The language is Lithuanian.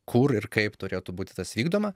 kur ir kaip turėtų būti tas vykdoma